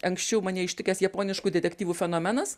anksčiau mane ištikęs japoniškų detektyvų fenomenas